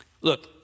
Look